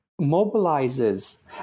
mobilizes